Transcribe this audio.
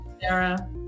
Sarah